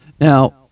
Now